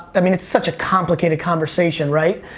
i mean it's such a complicated conversation, right?